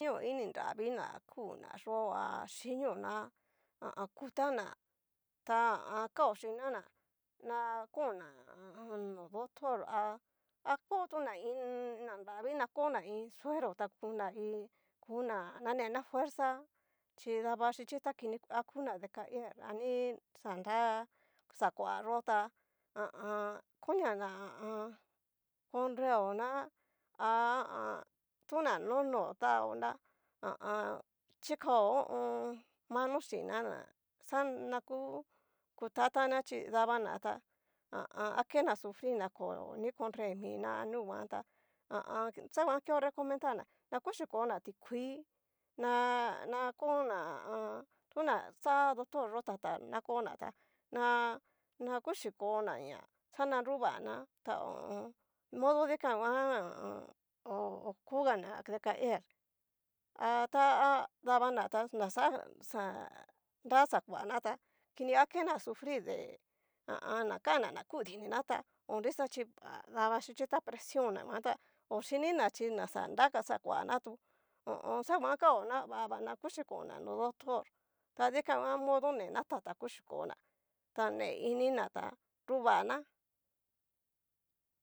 Chinio iin ni nravii kuna'a yo'o a chinio na ha a a kutana ta ha a an kao chin'na na, na kona ha a an. no doctor ha acotuna iin. na nravii na kona iin suero ta kuna hi kuna nanená fuerza chi dava xhiki ta kina a kuna decaer ani xanra xakua yo ta ha a an. konia ha a an. koreona ha ha a an. toná no no tao na ha a an chikao ho o on. mano chinna ná, xana ku kutataná chí dabana ta akena sufrir na ko ni konremina a nuguan, ta ha a an. xanguan keo recomentar ná nakuchi koona tikuii na- na kona ha a an. tuna xá doctor yó tata na konatá na- na kuxhí kona ñá xana nruvana ta ho o on. modo dikan nguan ha a an. hó kugana decaer a ta ha davana tá naxa xá nra xakuana tá, kini akena sufrir de ha a an. nakana na ku dinina tá onrixa chí daba xhichi ta presion na nguan tá ochinina chí na xanraka xakuana tu ho o on. xajan kao na vaga na kuchi kon'na no doctor tadikan nguan modo nena tata kuchí koná ta ne inina tá nruvana.